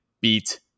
beat